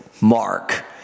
mark